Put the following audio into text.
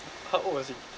how old was he